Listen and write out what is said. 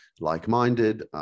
like-minded